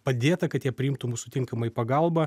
padėta kad jie priimtų mūsų tinkamai pagalbą